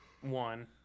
one